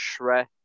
Shrek